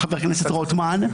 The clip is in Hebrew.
חבר הכנסת רוטמן,